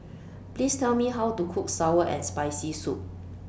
Please Tell Me How to Cook Sour and Spicy Soup